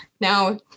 Now